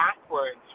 backwards